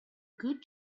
good